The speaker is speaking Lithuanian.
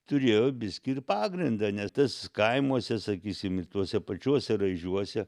turėjo biskį ir pagrindą nes tas kaimuose sakysim ir tuose pačiuose raižiuose